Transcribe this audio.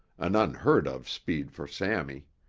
an unheard-of speed for sammy.